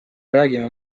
räägime